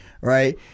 right